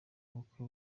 ubukwe